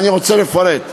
ואני רוצה לפרט.